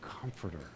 comforter